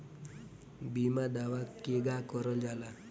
बीमा दावा केगा करल जाला?